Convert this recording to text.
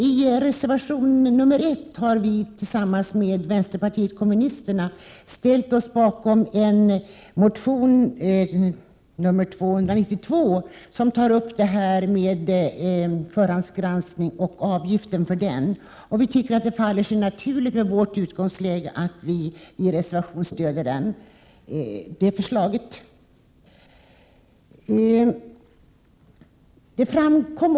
I reservation nr 1 har vi tillsammans med vänsterpartiet kommunisterna ställt oss bakom motion 292, som tar upp förhandsgranskningen och avgiften för denna. Med vårt utgångsläge tycker vi att det faller sig naturligt att vi i reservationen stöder detta förslag.